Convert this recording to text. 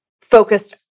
focused